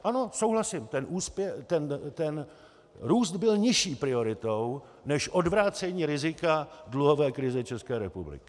Ano, souhlasím, ten růst byl nižší prioritou než odvrácení rizika dluhové krize České republiky.